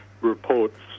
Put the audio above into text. reports